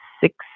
six